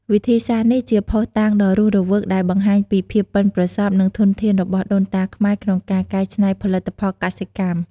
វិធីសាស្ត្រនេះជាភស្តុតាងដ៏រស់រវើកដែលបង្ហាញពីភាពប៉ិនប្រសប់ និងធនធានរបស់ដូនតាខ្មែរក្នុងការកែច្នៃផលិតផលកសិកម្ម។